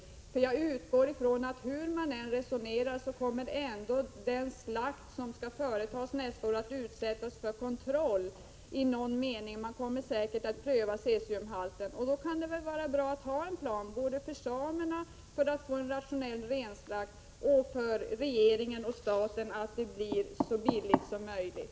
Jag utgår från att hur man än resonerar kommer ändå den slakt som skall företas nästa år att kontrolleras i någon form. Man kommer säkert att pröva cesiumhalten. Då kunde det vara bra att ha en plan, både för att samerna skall få en rationell renslakt och för att staten skall klara sitt åtagande på ett så bra sätt som möjligt